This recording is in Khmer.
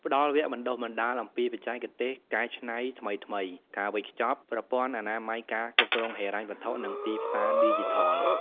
ផ្តល់វគ្គបណ្តុះបណ្តាលអំពីបច្ចេកទេសកែច្នៃថ្មីៗ ការវេចខ្ចប់ ប្រព័ន្ធអនាម័យការគ្រប់គ្រងហិរញ្ញវត្ថុ និងទីផ្សារឌីជីថល។